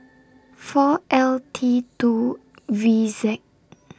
four L T two V Z